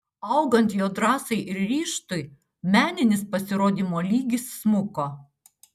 augant jo drąsai ir ryžtui meninis pasirodymo lygis smuko